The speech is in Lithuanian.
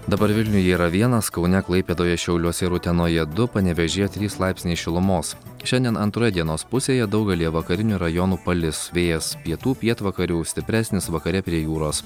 dabar vilniuje yra vienas kaune klaipėdoje šiauliuose ir utenoje du panevėžyje trys laipsniai šilumos šiandien antroje dienos pusėje daugelyje vakarinių rajonų palis vėjas pietų pietvakarių stipresnis vakare prie jūros